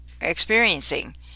experiencing